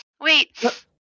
Wait